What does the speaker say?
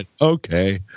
Okay